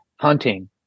hunting